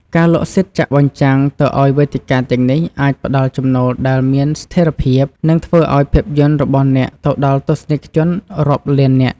ការលក់សិទ្ធិចាក់បញ្ចាំងទៅឲ្យវេទិកាទាំងនេះអាចផ្តល់ចំណូលដែលមានស្ថិរភាព និងធ្វើឲ្យភាពយន្តរបស់អ្នកទៅដល់ទស្សនិកជនរាប់លាននាក់។